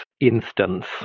instance